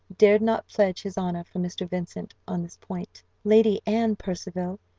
dared not pledge his honour for mr. vincent on this point. lady anne percival,